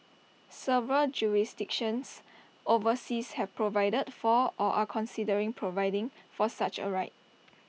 several jurisdictions overseas have provided for or are considering providing for such A right